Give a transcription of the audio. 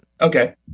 Okay